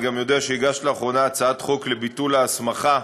אני גם יודע שהגשת לאחרונה הצעת חוק לביטול ההסמכה